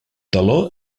teló